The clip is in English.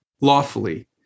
lawfully